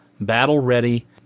battle-ready